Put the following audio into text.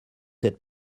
êtes